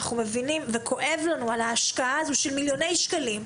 מבינים וכואב לנו על ההשקעה של מיליוני שקלים.